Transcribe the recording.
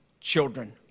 children